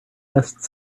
best